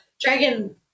dragon